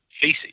Facing